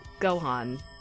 Gohan